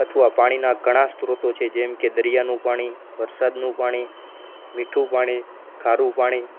અથવા પાણીના ઘણા સ્રોતો છે જેમકે દરિયાનું પાણી વરસાદનું પાણી મીઠું પાણી ખારું પાણી